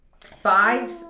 fives